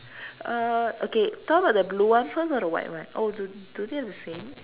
uh okay talk blue one first or the white one oh do do they the same